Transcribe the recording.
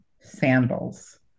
sandals